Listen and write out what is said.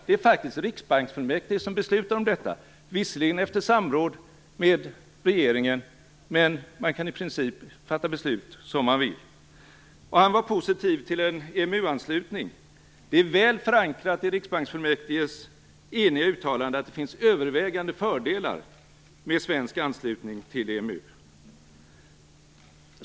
Det är faktiskt riksbanksfullmäktige som beslutar om detta - visserligen efter samråd med regeringen, men i princip kan fullmäktige fatta vilka beslut man vill. Kjell-Olof Feldt var positiv till en EMU-anslutning. Det är väl förankrat i Riksbanksfullmäktiges eniga uttalande att det finns övervägande fördelar med en svensk anslutning till EMU.